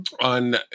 On